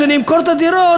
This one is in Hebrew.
כשאני אמכור את הדירות,